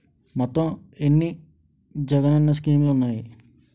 మొత్తం ఎన్ని జగనన్న స్కీమ్స్ ఉన్నాయి?